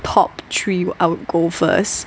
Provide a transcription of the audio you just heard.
top three I would go first